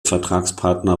vertragspartner